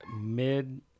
mid